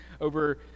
over